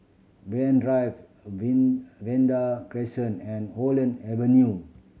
Banyan Drive Vanda Crescent and Holland Avenue